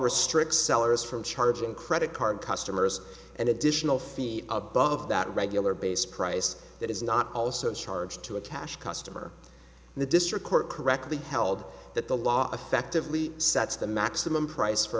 restricts sellers from charging credit card customers and additional feet above that regular base price that is not also charged to a cash customer in the district court correctly held that the law effectively sets the maximum price for